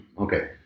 Okay